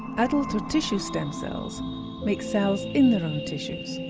adult or tissue stem cells make cells in their own tissues.